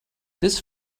this